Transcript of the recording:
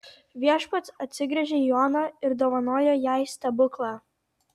viešpats atsigręžia į oną ir dovanoja jai stebuklą